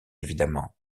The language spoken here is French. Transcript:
évidemment